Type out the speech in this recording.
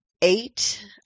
eight